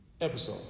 Episode